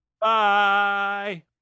bye